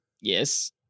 Yes